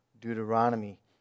Deuteronomy